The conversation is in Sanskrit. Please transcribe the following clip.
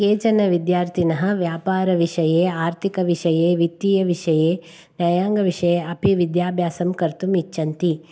केचन विद्यार्थिनः व्यापारविषये आर्थिकविषये वित्तीयविषये न्यायाङ्गविषये अपि विद्याभ्यासं कर्तुम् इच्छन्ति